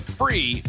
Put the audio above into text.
free